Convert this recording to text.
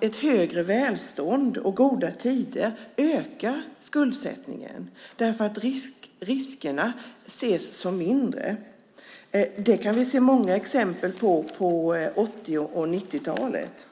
Ett högre välstånd och goda tider ökar skuldsättningen därför att riskerna ses som mindre. Det kan vi se många exempel på från 80 och 90-talet.